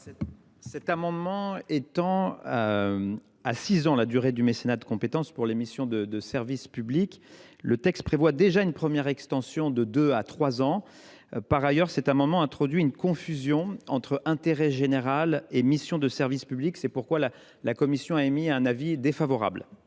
Cet amendement vise à étendre à six ans la durée du mécénat de compétences pour les missions de service public. Or le texte prévoit déjà une première extension de deux à trois ans. Par ailleurs, cet amendement introduit une confusion entre intérêt général et mission de service public. Pour ces raisons, la commission y est défavorable.